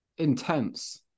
intense